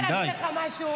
אני רוצה להגיד לך משהו.